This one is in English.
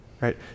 right